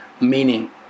Meaning